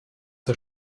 der